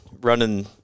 running